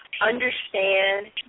understand